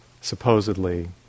supposedly